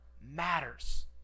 matters